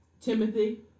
Timothy